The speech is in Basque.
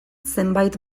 zenbait